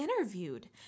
interviewed